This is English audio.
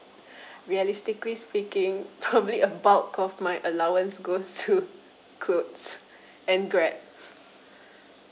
realistically speaking probably a bulk of my allowance goes to clothes and Grab